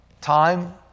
time